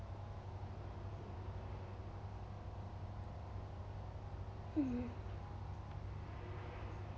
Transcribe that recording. mmhmm